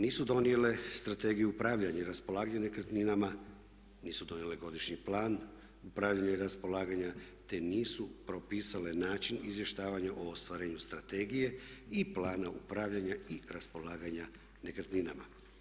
Nisu donijele strategiju upravljanja i raspolaganja nekretninama, nisu donijele godišnji plan upravljanja i raspolaganja te nisu propisale način izvještavanja o ostvarenju strategije i plana upravljanja i raspolaganja nekretninama.